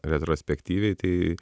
retrospektyviai tai